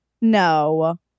No